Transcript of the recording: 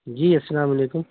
جی السلام علیکم